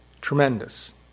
Tremendous